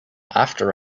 after